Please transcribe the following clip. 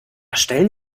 stellen